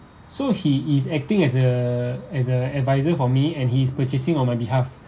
so he is acting as a as a advisor for me and he is purchasing on my behalf